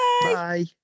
Bye